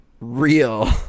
real